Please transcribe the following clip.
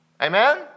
amen